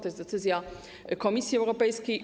To jest decyzja Komisji Europejskiej.